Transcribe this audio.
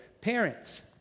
parents